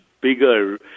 bigger